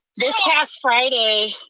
this past friday,